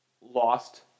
lost